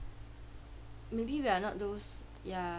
maybe we are not those ya